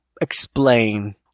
explain